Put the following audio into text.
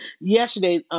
yesterday